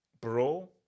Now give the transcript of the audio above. bro